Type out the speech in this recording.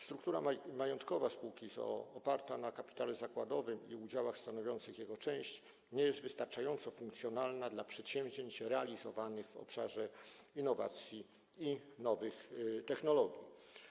Struktura majątkowa spółki z o.o. - oparta na kapitale zakładowym i udziałach stanowiących jego część - nie jest wystarczająco funkcjonalna dla przedsięwzięć realizowanych w obszarze innowacji i nowych technologii.